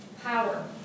power